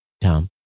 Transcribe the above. Tom